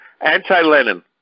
anti-Lenin